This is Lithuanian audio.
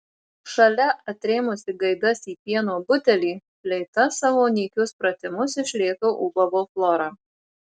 šalia atrėmusi gaidas į pieno butelį fleita savo nykius pratimus iš lėto ūbavo flora